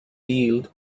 yield